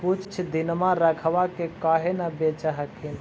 कुछ दिनमा रखबा के काहे न बेच हखिन?